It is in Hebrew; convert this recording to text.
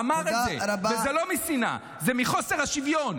אמר את זה, וזה לא משנאה, זה מחוסר השוויון.